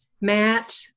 Matt